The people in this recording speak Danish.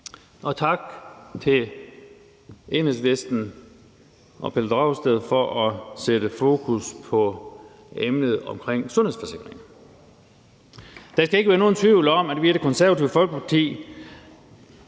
og tak til Enhedslisten og Pelle Dragsted for at sætte fokus på emnet sundhedsforsikring. Der skal ikke være nogen tvivl om, at vi i Det Konservative Folkeparti